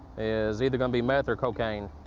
is either going to be meth or cocaine.